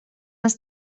ens